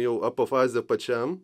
jau apofazė pačiam